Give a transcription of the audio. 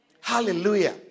hallelujah